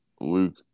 Luke